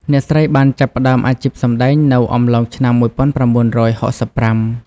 អ្នកស្រីបានចាប់ផ្ដើមអាជីពសម្ដែងនៅអំឡុងឆ្នាំ១៩៦៥។